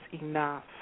enough